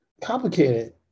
complicated